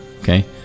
okay